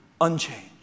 unchanged